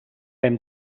hem